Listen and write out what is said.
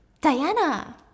diana